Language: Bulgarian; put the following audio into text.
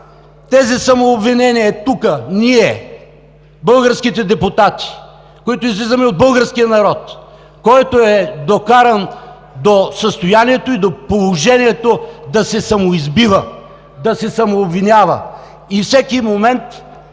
тези самообвинения тук, ние, българските депутати, които излизаме от българския народ, който е докаран до състоянието и до положението да се самоизбива, да се самообвинява и всеки момент